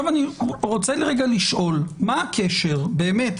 אני רוצה לשאול מה הקשר באמת,